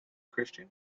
christian